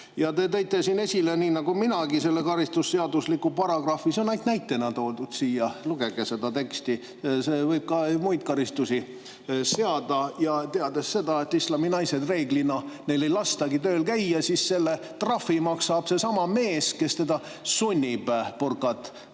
Te tõite siin esile nii nagu minagi selle karistusseadustiku paragrahvi. See on ainult näitena toodud siia. Lugege seda teksti, võib ka muid karistusi seada. Teades seda, et islami naistel reeglina ei lastagi tööl käia, selle trahvi maksab seesama mees, kes sunnib teda